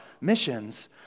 missions